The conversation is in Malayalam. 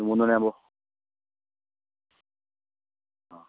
മൂന്ന് മണി ആകുമ്പോൾ ആ